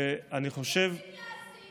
תפסיק להסית,